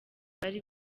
bari